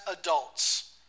adults